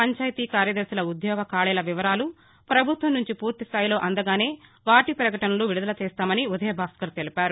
పంచాయితీ కార్యదర్శుల ఉద్యోగ ఖాళీల వివరాలు ప్రభుత్వం నుంచి పూర్తిస్టాయిలో అందగానే వాటి పకటనలూ విడుదల చేస్తామని ఉదయభాస్కర్ తెలిపారు